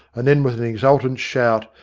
and then, with an exultant shout,